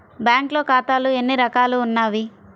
బ్యాంక్లో ఖాతాలు ఎన్ని రకాలు ఉన్నావి?